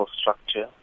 structure